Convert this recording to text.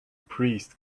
priest